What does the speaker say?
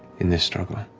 in this struggle